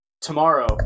tomorrow